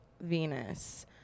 Venus